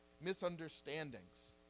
misunderstandings